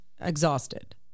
Exhausted